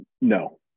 No